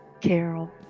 Carol